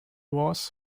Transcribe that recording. was